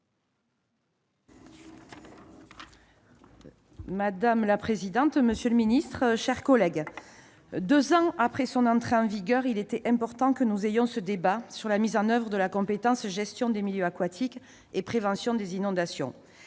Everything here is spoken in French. Madame la présidente, monsieur le ministre, mes chers collègues, deux ans après son entrée en vigueur, il était important que nous ayons ce débat sur la mise en oeuvre de la compétence « gestion des milieux aquatiques et prévention des inondations